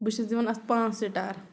بہٕ چھس دِوان اَتھ پانٛژھ سِٹار